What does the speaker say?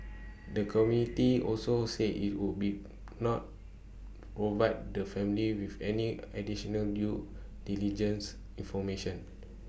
the committee also said IT would be not provide the family with any additional due diligence information